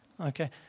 Okay